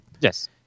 Yes